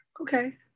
Okay